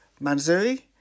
Manzuri